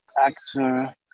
actor